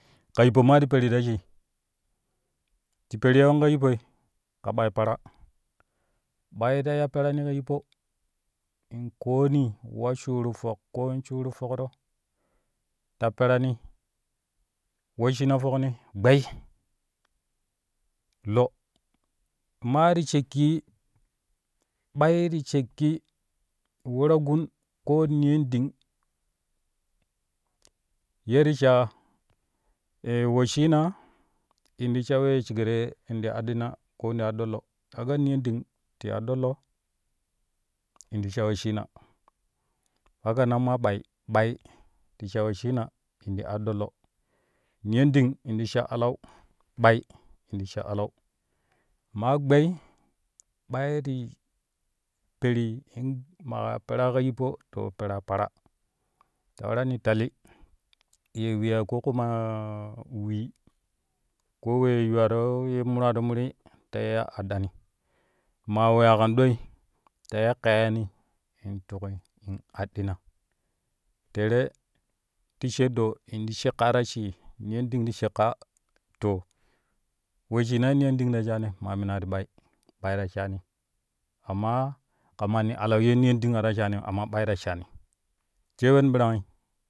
Ka yippo ma ti peri la shii ti perii wen ka yippoi ka ɓai para, ɓai ta iya perani ka yippo in kooni wa shuru fok koon shuru fokro ta perani wesshina fokni gbei lo maa ti shakƙi ɓai ti shaƙƙi we-ta-gun ko niyonɗing ye ti sha wesshina in to sha we shogiree in to aɗɗina koo in ti aɗɗo lo ka ga niyonɗing ti adɗo lo in ti sha wesshina halanan maa ɓai, ɓai ti sha wesshina li aɗɗ lo niyonɗing in ti sha alau ɓai in to sha alau maa gbei ɓai ti peri in maa peraa ka yippo to peraa para ta warani tali yee wiyaa ko kumaa wee ko we yuwaro ye muraro murii ta iya addani maa weya kan ɗoi ta iya kayani in tuki in aɗɗina tere ti she doo ti she kaa ta shii niyonding to she kaa to wesshina ye niyonɗing ta shaani maa minaa ti ɓai ɓai ta shaani amma ka manni alau ye niyonding a ta shaanim amma ɓai ta shaani sai wen birangi?